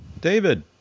David